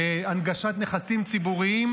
הנגשת נכסים ציבוריים,